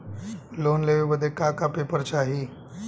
Loan लेवे बदे का का पेपर चाही?